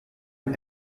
and